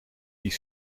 die